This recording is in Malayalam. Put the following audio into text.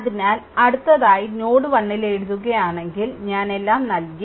അതിനാൽ അടുത്തതായി നോഡ് 1 ൽ എഴുതുകയാണെങ്കിൽ ഞാൻ എല്ലാം നൽകി